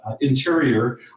interior